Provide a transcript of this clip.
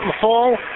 fall